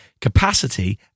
capacity